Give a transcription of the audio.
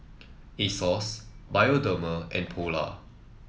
Asos Bioderma and Polar